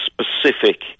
specific